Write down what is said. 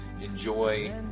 Enjoy